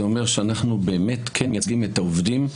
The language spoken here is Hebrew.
זה אומר שאנחנו מייצגים את העובדים,